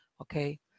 okay